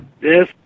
Yes